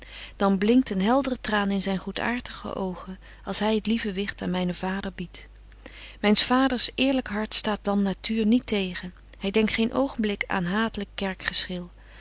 dan blinkt een heldre traan in zyn goedaartige oogen als hy het lieve wicht aan mynen vader biedt betje wolff en aagje deken historie van mejuffrouw sara burgerhart myns vaders eerlyk hart staat dan natuur niet tegen hy denkt geen oogenblik aan